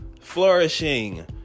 Flourishing